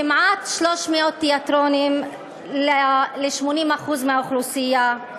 כמעט 300 תיאטראות ל-80% מהאוכלוסייה,